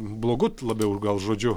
blogut labiau gal žodžiu o